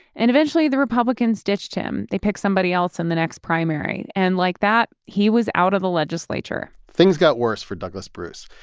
and eventually, the republicans ditched him. they picked somebody else in the next primary. and like that, he was out of the legislature things got worse for douglas bruce.